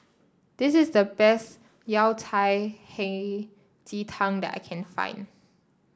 this is the best Yao Cai Hei Ji Tang that I can find